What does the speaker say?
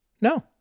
No